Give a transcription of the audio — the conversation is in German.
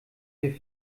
wir